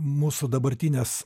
mūsų dabartinės